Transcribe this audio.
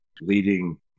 leading